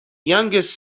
youngest